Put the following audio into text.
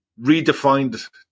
redefined